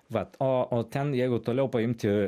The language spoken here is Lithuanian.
vat o o ten jeigu toliau paimti